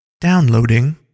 Downloading